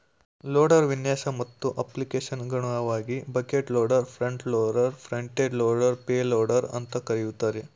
loader ವಿನ್ಯಾಸ ಮತ್ತು ಅಪ್ಲಿಕೇಶನ್ಗನುಗುಣವಾಗಿ bucket loader front loader front end loader payloader ಅಂತ ಕರೀತಾರೆ